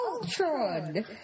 Ultron